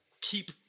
keep